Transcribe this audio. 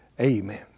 Amen